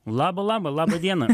laba laba laba dieną